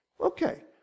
Okay